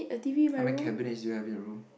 how many cabinets do you have in your room